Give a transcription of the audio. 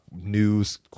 news